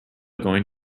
going